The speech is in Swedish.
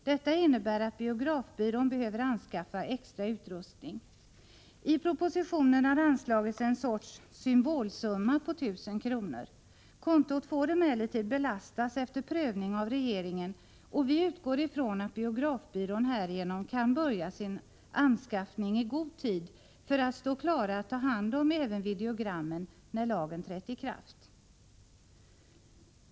Detta innebär att biografbyrån behöver anskaffa extra utrustning. I propositionen har anslagits en sorts symbolsumma på 1 000 kr. Kontot får emellertid belastas efter prövning av regeringen. Vi utgår från att biografbyrån härigenom kan börja sin anskaffning i god tid för att stå klar att ta hand om även videogrammen när lagen trätt i kraft.